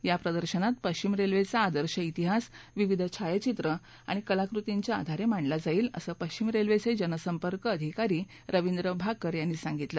या प्रदर्शनात पश्चिम रेल्वेचा आदर्श तिहास विविध छायाचित्र आणि कलाकृतींच्या आधारे मांडला जाईल असं पश्चिम रेल्वेचे जनसंपर्क अधिकारी रविंद्र भाकर यांनी सांगितलं